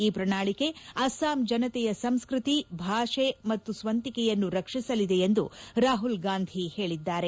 ಈ ಪ್ರಣಾಳಿಕೆ ಅಸ್ಲಾಂ ಜನತೆಯ ಸಂಸ್ಕತಿ ಭಾಷೆ ಮತ್ತು ಸ್ವಂತಿಕೆಯನ್ನು ರಕ್ಷಿಸಲಿದೆ ಎಂದು ರಾಹುಲ್ ಗಾಂಧಿ ಹೇಳಿದ್ದಾರೆ